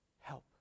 Help